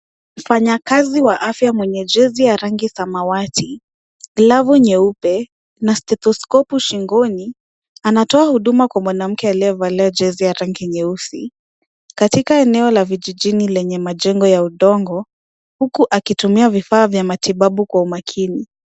Mfanyakazi wa afya mwenye jezi ya rangi samawati, glavu nyeupe na stethoskopu shingoni, anatoa huduma kwa mwanamke aliyevalia jezi ya rangi nyeusi katika eneo la vijijini lenye majengo ya udongo, huku akitumia vifaa vya matibabu kwa umakini.